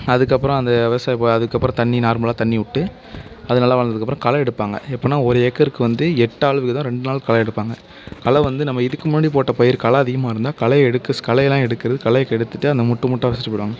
அதுக்கப்புறம் அந்த விவசாயிகள் அதுக்கப்புறம் தண்ணி நார்மலாக தண்ணி விட்டு அது நல்லா வளர்ந்ததுக்கப்பறம் களை எடுப்பாங்க எப்புடின்னா ஒரு ஏக்கருக்கு வந்து எட்டு ஆள் வீதம் ரெண்டு நாள் களை எடுப்பாங்க களை வந்து நம்ம இதுக்கு முன்னாடி போட்ட பயிர் வந்து களை அதிகமாக இருந்தால் களையை எடுக்க களையெல்லாம் எடுக்கிறது களையை எடுத்துட்டு அந்த முட்டு முட்டா வச்சுட்டு போயிடுவாங்க